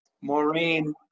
Maureen